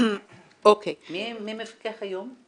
מי מפקח היום?